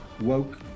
woke